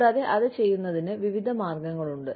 കൂടാതെ അത് ചെയ്യുന്നതിന് വിവിധ മാർഗങ്ങളുണ്ട്